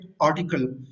article